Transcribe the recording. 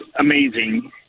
amazing